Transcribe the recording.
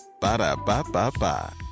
Ba-da-ba-ba-ba